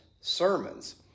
sermons